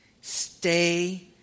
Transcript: Stay